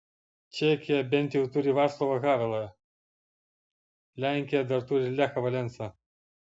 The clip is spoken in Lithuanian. čekija bent jau turi vaclovą havelą lenkija dar turi lechą valensą